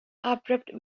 abrupt